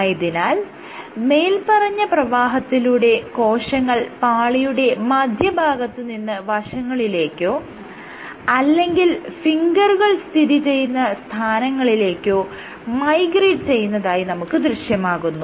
ആയതിനാൽ മേല്പറഞ്ഞ പ്രവാഹത്തിലൂടെ കോശങ്ങൾ പാളിയുടെ മധ്യഭാഗത്ത് നിന്നും വശങ്ങളിലേക്കോ അല്ലെങ്കിൽ ഫിംഗറുകൾ സ്ഥിതി ചെയ്യുന്ന സ്ഥാനങ്ങളിലേക്കോ മൈഗ്രേറ്റ് ചെയ്യുന്നതായി നമുക്ക് ദൃശ്യമാകുന്നു